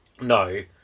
No